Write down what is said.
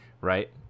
right